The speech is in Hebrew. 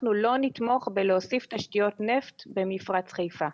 אנחנו לא נתמוך בהוספת תשתיות נפט במפרץ חיפה.